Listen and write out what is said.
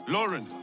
Lauren